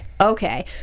Okay